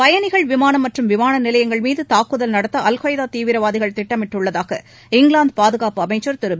பயனிகள் விமானம் மற்றும் விமான நிலையங்கள் மீது தாக்குதல் நடத்த அல் காய்தா தீவிரவாதிகள் திட்டமிட்டுள்ளதாக இங்கிலாந்து பாதுகாப்பு அமைச்சர் திரு்